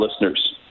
listeners